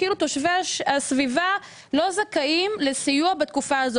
כאילו תושבי הסביבה לא זכאים לסיוע בתקופה הזו.